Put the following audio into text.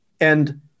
And-